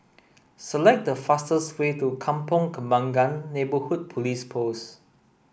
select the fastest way to Kampong Kembangan Neighbourhood Police Post